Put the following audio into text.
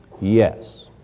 Yes